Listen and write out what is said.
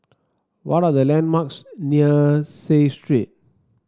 what are the landmarks near Seah Street